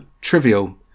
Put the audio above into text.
trivial